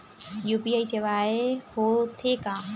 UPI सेवाएं हो थे का?